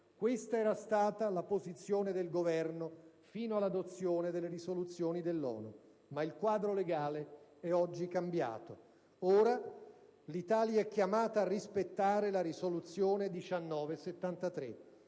Questa era stata la posizione del Governo fino all'adozione delle risoluzioni dell'ONU. Ma il quadro legale è oggi cambiato. Ora l'Italia è chiamata a rispettare la risoluzione n.